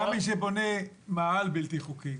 גם מי שבונה מאהל בלתי חוקי,